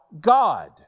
God